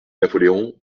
napoléon